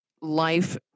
life